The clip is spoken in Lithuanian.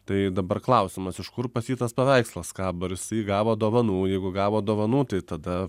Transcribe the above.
tai dabar klausimas iš kur pas jį tas paveikslas kaba ar jisai gavo dovanų jeigu gavo dovanų tai tada